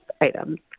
items